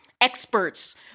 experts